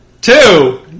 Two